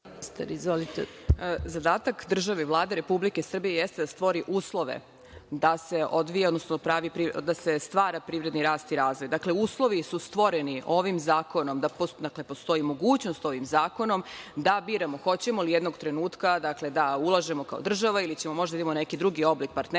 Zadatak države i Vlade Republike Srbije jeste da stvori uslove da se odvija, odnosno da se stvara privredni rast i razvoj. Dakle, uslovi su stvoreni ovim zakonom. Dakle, postoji mogućnost da ovim zakonom biramo hoćemo li jednog trenutka da ulažemo kao država ili ćemo možda da idemo na neki drugi oblik partnerstva,